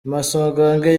masogange